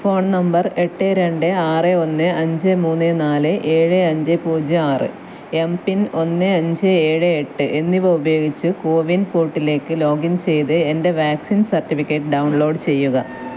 phone number എട്ട് രണ്ട് ആറ് ഒന്ന് അഞ്ച് മൂന്ന് നാല് ഏഴ് അഞ്ച് പൂജ്ജ്യം ആറ് എം പിൻ ഒന്ന് അഞ്ച് ഏഴ് എട്ട് എന്നിവ ഉപയോഗിച്ച് കോവിൻ പോർട്ടിലേക്ക് ലോഗിൻ ചെയ്ത് എൻ്റെ വാക്സിൻ സർട്ടിഫിക്കറ്റ് ഡൗൺലോഡ് ചെയ്യുക